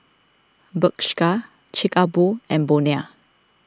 Bershka Chic A Boo and Bonia